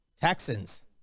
Texans